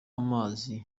amazi